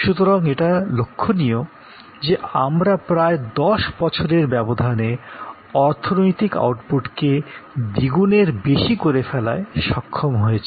সুতরাং এটা লক্ষনীয় যে আমরা প্রায় দশ বছরের ব্যবধানে অর্থনৈতিক আউটপুটকে দ্বিগুনের বেশি করে ফেলায় সক্ষম হয়েছি